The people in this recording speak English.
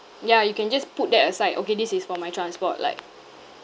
ya you can just put that aside okay this is for my transport like